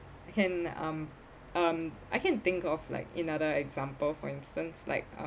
I can um um I can think of like another example for instance like a